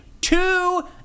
two